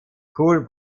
cool